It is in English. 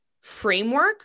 framework